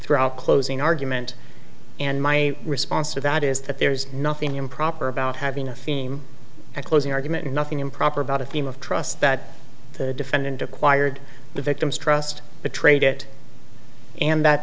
throughout closing argument and my response to that is that there's nothing improper about having a theme a closing argument nothing improper about a theme of trust that the defendant acquired the victim's trust betrayed it and that